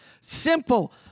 Simple